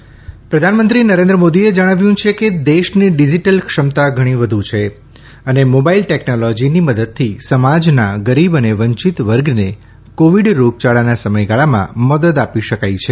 IMC પ્રધાનમંત્રી નરેન્દ્ર મોદીએ જણાવ્યું છે કે દેશની ડિજીટલ ક્ષમતા ઘણી વધુ છે અને મોબાઇલ ટેકનોલોજીની મદદથી સમાજના ગરીબ અને વંચિત વર્ગને કોવિડ રોગયાળાના સમયગાળામાં મદદ આપી શકાઈ છે